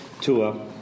tour